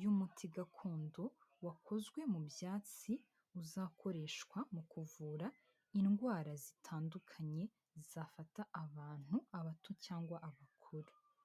y'umuti gakondo, wakozwe mu byatsi, uzakoreshwa mu kuvura indwara zitandukanye zafata abantu, abato cyangwa abakuru.